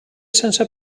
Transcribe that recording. sense